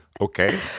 Okay